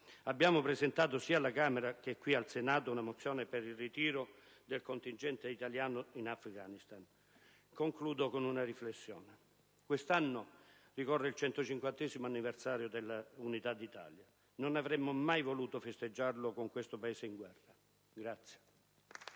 Abbiamo presentato, sia alla Camera che al Senato, una mozione per il ritiro del contingente italiano in Afghanistan. Concludo con una riflessione. Quest'anno ricorre il 150º anniversario dell'Unità d'Italia. Non avremmo mai voluto festeggiarlo con il nostro Paese in guerra.